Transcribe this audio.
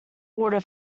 water